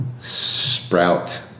sprout